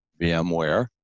VMware